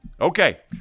Okay